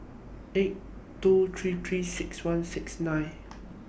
eight two three three six one six nine